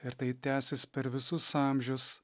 ir tai tęsis per visus amžius